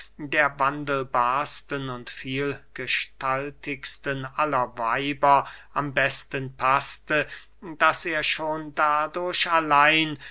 der wandelbarsten und vielgestaltigsten aller weiber am besten paßte daß er schon dadurch allein